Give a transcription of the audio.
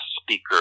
speaker